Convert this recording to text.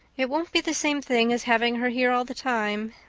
it won't be the same thing as having her here all the time,